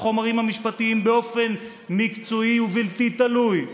החומרים המשפטיים באופן מקצועי ובלתי תלוי,